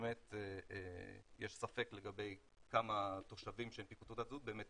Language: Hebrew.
שבאמת יש ספק לגבי כמה תושבים שהנפיקו תעודת זהות באמת